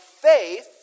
faith